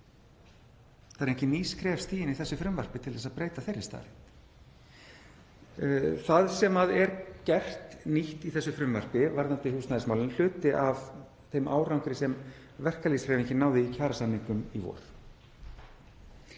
Það eru engin ný skref stigin í þessu frumvarpi til að breyta þeirri staðreynd. Það sem er gert nýtt í þessu frumvarpi varðandi húsnæðismálin er hluti af þeim árangri sem verkalýðshreyfingin náði í kjarasamningum í vor.